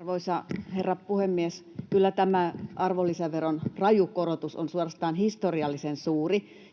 Arvoisa herra puhemies! Kyllä tämä arvonlisäveron raju korotus on suorastaan historiallisen suuri,